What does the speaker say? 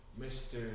Mr